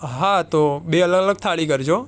હા તો બે અલગ અલગ થાળી કરજો